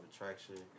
attraction